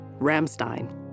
Ramstein